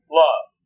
love